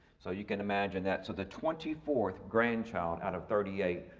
so you can imagine that. so the twenty fourth grandchild out of thirty eight.